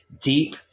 deep